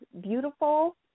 beautiful